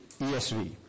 ESV